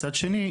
מצד שני,